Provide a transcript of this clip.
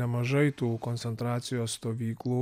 nemažai tų koncentracijos stovyklų